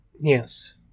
Yes